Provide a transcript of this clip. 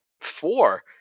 four